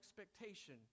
expectation